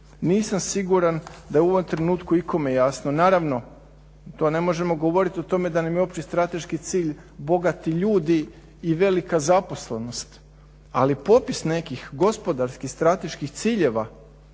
nisam siguran da je u ovom trenutku ikome jasno. Naravno, to ne možemo govorit o tome da nam je opći strateški cilj bogati ljudi i velika zaposlenost, ali popis nekih gospodarski strateških ciljeva